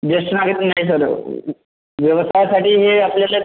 ज्येष्ठ नागरिक नाही झालं व्यवसायासाठी हे आपल्याला